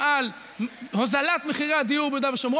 בעזרת השם,